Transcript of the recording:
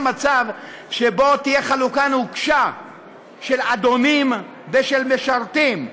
מצב שבו תהיה חלוקה נוקשה של אדונים ושל משרתים,